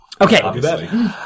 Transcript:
Okay